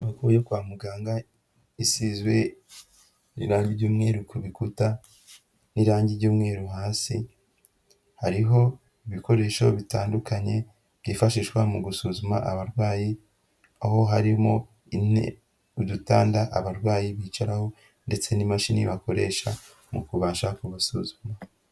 Inyubako yo kwa muganga isizwe irangi ry'umweru ku bikuta n'irangi ry'umweru hasi, hariho ibikoresho bitandukanye byifashishwa mu gusuzuma abarwayi, aho harimo nyine udutanda abarwayi bicaraho ndetse n'imashini bakoresha mu kubasha kubasuzuma.